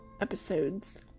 episodes